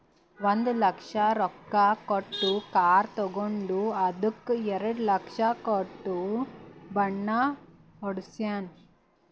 ಒಂದ್ ಲಕ್ಷ ರೊಕ್ಕಾ ಕೊಟ್ಟು ಕಾರ್ ತಗೊಂಡು ಅದ್ದುಕ ಎರಡ ಲಕ್ಷ ಕೊಟ್ಟು ಬಣ್ಣಾ ಹೊಡ್ಸ್ಯಾನ್